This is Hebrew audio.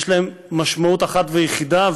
יש להן משמעות אחת ויחידה,